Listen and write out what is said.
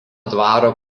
dvaro